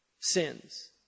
sins